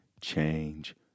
change